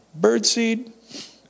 Birdseed